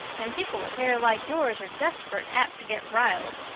and people with hair like yours are desperate apt to get riled.